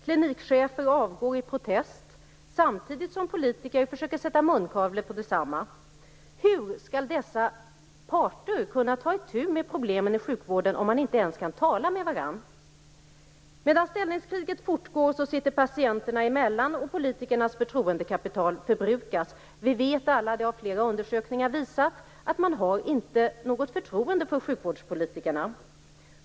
Klinikchefer avgår i protest samtidigt som politiker försöker sätta munkavle på dem. Hur skall dessa parter kunna ta itu med problemen i sjukvården om de inte ens kan tala med varandra? Medan ställningskriget fortgår sitter patienterna i kläm, och politikernas förtroendekapital förbrukas. Vi vet alla - det har flera undersökningar visat - att man inte har något förtroende för sjukvårdspolitikerna.